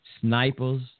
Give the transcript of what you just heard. snipers